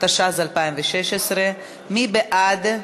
התשע"ז 2016. מי בעד?